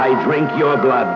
i drink your blood